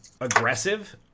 aggressive